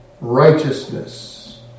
righteousness